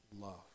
love